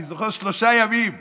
אני זוכר שלושה ימים דיונים,